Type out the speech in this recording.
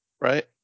Right